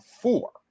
four